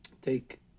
take